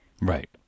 Right